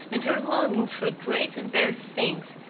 and her longings for great and better things,